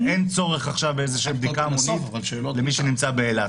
שאין צורך עכשיו באיזושהי בדיקה למי שנמצא באילת.